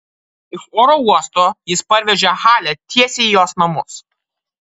iš oro uosto jis parvežė halę tiesiai į jos namus